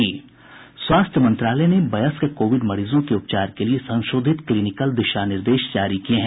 स्वास्थ्य मंत्रालय ने वयस्क कोविड मरीजों के उपचार के लिए संशोधित क्नीनिकल दिशा निर्देश जारी किए हैं